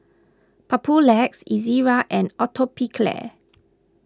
Papulex Ezerra and Atopiclair